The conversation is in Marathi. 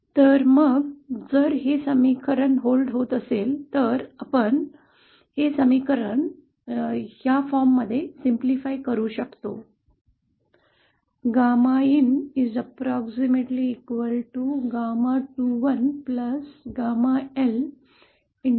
तर मग जर हे समीकरण खर असेल तर आपण या रूपाने हे समीकरण सोपा करू शकतो